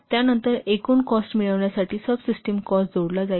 त्यानंतर एकूण कॉस्ट मिळविण्यासाठी सबसिस्टिम कॉस्ट जोडला जाईल